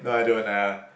no I don't ah